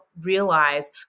realize